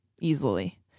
easily